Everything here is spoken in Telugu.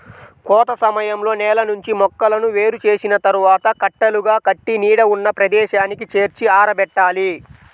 కోత సమయంలో నేల నుంచి మొక్కలను వేరు చేసిన తర్వాత కట్టలుగా కట్టి నీడ ఉన్న ప్రదేశానికి చేర్చి ఆరబెట్టాలి